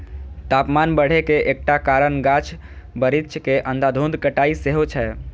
तापमान बढ़े के एकटा कारण गाछ बिरिछ के अंधाधुंध कटाइ सेहो छै